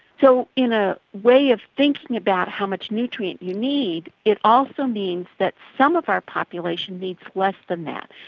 so in a way of thinking about how much nutrient you need, it also means that some of our population needs less than that.